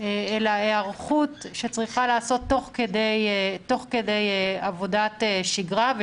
אלא היערכות שצריכה להיעשות תוך כדי עבודת שגרה.